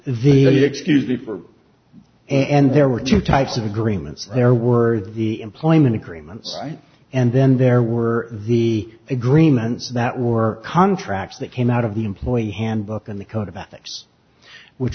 for and there were two types of agreements there were the employment agreements right and then there were the agreements that were contracts that came out of the employee handbook and the code of ethics which